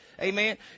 Amen